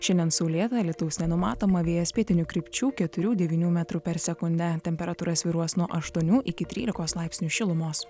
šiandien saulėta lietaus nenumatoma vėjas pietinių krypčių keturių devynių metrų per sekundę temperatūra svyruos nuo aštuonių iki trylikos laipsnių šilumos